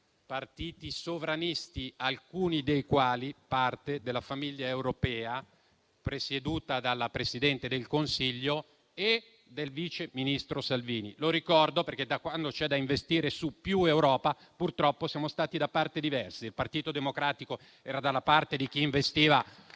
partiti sovranisti, alcuni dei quali parte della famiglia europea presieduta dalla Presidente del Consiglio e dal vice ministro Salvini. Lo ricordo perché, quando bisognava investire su più Europa, purtroppo siamo stati da parti diverse. Il Partito Democratico era dalla parte di chi investiva